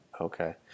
Okay